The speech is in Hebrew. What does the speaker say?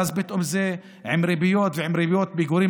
ואז פתאום זה עם ריביות ועם ריביות פיגורים,